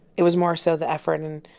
it was more so the effort and,